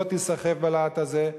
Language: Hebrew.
לא תיסחף בלהט הזה,